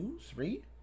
three